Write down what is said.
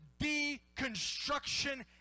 deconstruction